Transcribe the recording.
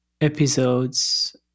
episodes